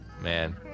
Man